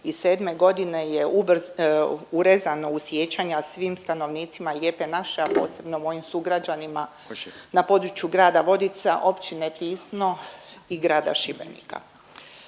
2007.g. je urezano u sjećanja svim stanovnicima Lijepe naše, a posebno mojim sugrađanima na području grada Vodica, Općine Tisno i grada Šibenika.